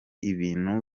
ibintu